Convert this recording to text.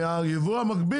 על היבוא המקביל.